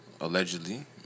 allegedly